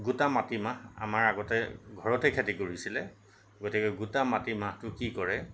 গোটা মাটিমাহ আমাৰ আগতে ঘৰতেই খেতি কৰিছিলে গতিকে গোটা মাটিমাহটো কি কৰে